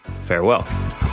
farewell